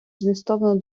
змістовну